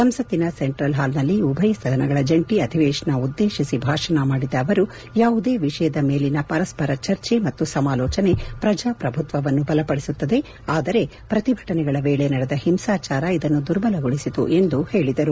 ಸಂಸತ್ತಿನ central hall ನಲ್ಲಿ ಉಭಯ ಸದನಗಳ ಜಂಟಿ ಅಧಿವೇಶನ ಉದ್ದೇಶಿಸಿ ಭಾಷಣ ಮಾಡಿದ ಅವರು ಯಾವುದೇ ವಿಷಯದ ಮೇಲಿನ ಪರಸ್ಪರ ಚರ್ಚೆ ಮತ್ತು ಸಮಾಲೋಚನೆ ಪ್ರಜಾಪ್ರಭುಕ್ವವನ್ನು ಬಲಪಡಿಸುತ್ತದೆ ಆದರೆ ಪ್ರತಿಭಟನೆಗಳ ವೇಳೆ ನಡೆದ ಹಿಂಸಾಚಾರ ಇದನ್ನು ದುರ್ಬಲಗೊಳಿಸಿತು ಎಂದು ಹೇಳಿದರು